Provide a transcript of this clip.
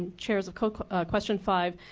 and chairs of question five,